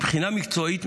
מבחינה מקצועית,